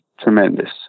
tremendous